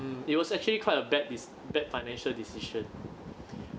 mm it was actually quite a bad dis~ bad financial decision